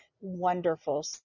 wonderful